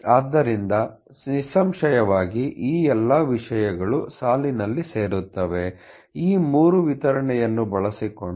ಆದ್ದರಿಂದ ನಿಸ್ಸಂಶಯವಾಗಿ ಈ ಎಲ್ಲಾ ವಿಷಯಗಳು ಸಾಲಿನಲ್ಲಿ ಸೇರುತ್ತವೆ ಈ ಮೂರು ವಿತರಣೆಯನ್ನು ಬಳಸಿಕೊಳ್ಳಬಹುದು